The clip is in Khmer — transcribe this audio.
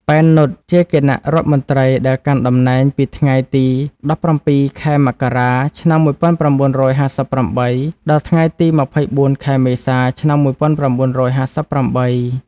ប៉ែន នុតជាគណៈរដ្ឋមន្ត្រីដែលកាន់តំណែងពីថ្ងៃទី ១៧ ខែមករា ឆ្នាំ១៩៥៨ ដល់ថ្ងៃទី ២៤ ខែមេសា ឆ្នាំ១៩៥៨។